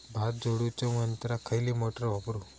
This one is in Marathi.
भात झोडूच्या यंत्राक खयली मोटार वापरू?